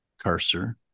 Cursor